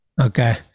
okay